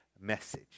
message